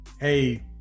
hey